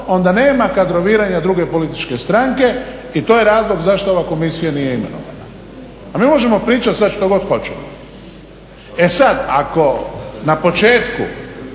onda nema kadroviranja druge političke stranke i to je razlog zašto ova komisija nije imenovana, a mi možemo pričat sad što god hoćemo. E sad, ako na početku